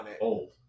old